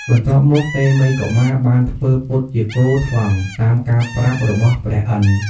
បន្ទាប់មកតេមិយកុមារ បានធ្វើពុតជា គ ថ្លង់ តាមការប្រាប់របស់ព្រះឥន្ទ។